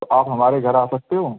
तो आप हमारे घर आ सकते हो